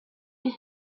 puis